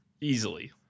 Easily